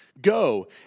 Go